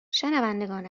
شنوندگان